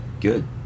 Good